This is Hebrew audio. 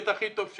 אז